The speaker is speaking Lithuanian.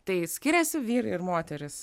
tai skiriasi vyrai ir moterys